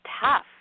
tough